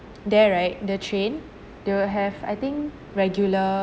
there right the train they will have I think regular